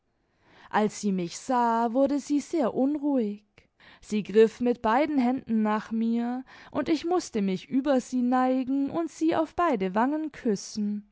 als sie mich sah wurde sie sehr unruhig sie griff mit beiden händen nach mir und ich mußte mich über sie neigen und sie auf beide wangen küssen